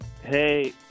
Hey